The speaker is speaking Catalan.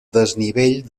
desnivell